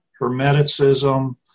Hermeticism